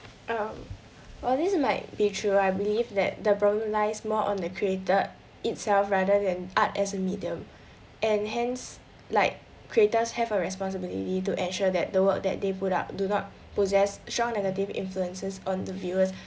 um while this might be true I believe that the problem lies more on the creator itself rather than art as a medium and hence like creators have a responsibility to ensure that the work that they put up do not possess show negative influences on the viewers